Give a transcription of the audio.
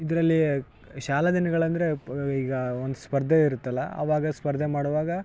ಇದರಲ್ಲಿ ಶಾಲಾದಿನಗಳಂದರೆ ಪ್ ಈಗ ಒಂದು ಸ್ಪರ್ಧೆ ಇರುತ್ತಲ್ಲ ಆವಾಗ ಸ್ಪರ್ಧೆ ಮಾಡುವಾಗ